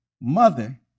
mother